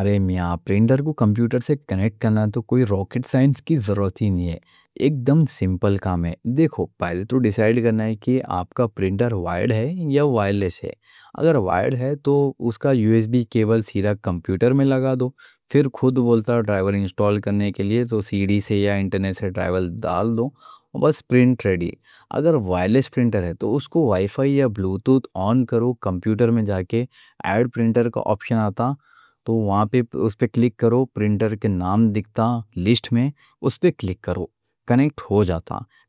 ارے میاں، پرنٹر کو کمپیوٹر سے کنیکٹ کرنا تو کوئی راکٹ سائنس کی ضرورت نہیں ہے۔ ایک دم سیمپل کام ہے، دیکھو پہلے تو ڈیسائیڈ کرنا ہے کہ آپ کا پرنٹر وائرڈ ہے یا وائرلیس ہے۔ اگر وائرڈ ہے تو اس کا یو ایس بی کیبل سیدھا کمپیوٹر میں لگا دو۔ پھر خود بولتا، ڈرائیور انسٹال کرنے کے لیے تو سی ڈی سے یا انٹرنیٹ سے ڈرائیور ڈال دو، بس پرنٹ ریڈی۔ اگر وائرلیس پرنٹر ہے تو اس کو وائی فائی یا بلوٹوتھ آن کرو۔ کمپیوٹر میں جا کے ایڈ پرنٹر کا آپشن آتا، تو وہاں پہ اس پہ کلک کرو۔ پرنٹر کا نام لسٹ میں دکھتا، اس پہ کلک کرو۔